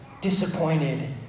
disappointed